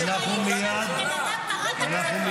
בן אדם, כן,